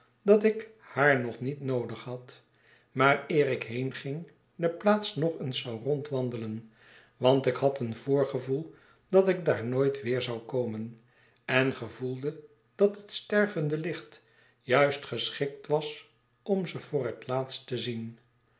dat ik haar nog niet noodig had maar eer ik heenging de plaats nog eens zou rondwandelen want ik had een voorgevoel dat ik daar nooit weer zou komen en gevoelde dat het stervende licht juist geschikt was om ze voor het laatst te zien